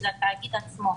של התאגיד עצמו.